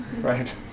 Right